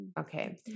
okay